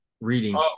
reading